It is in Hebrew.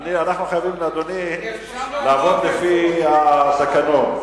אדוני, אנחנו חייבים לעבוד לפי התקנון.